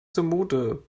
zumute